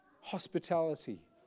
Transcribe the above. Hospitality